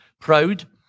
proud